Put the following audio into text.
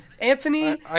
Anthony